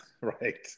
Right